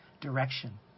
direction